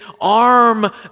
arm